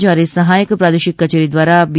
જ્યારે સહાયક પ્રાદેશિક કચેરી દ્વારા બી